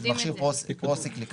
שזה מכשיר פרו סיקליקלי.